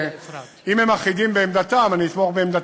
אם הם אחידים בעמדתם, אני אתמוך בעמדתם.